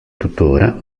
tuttora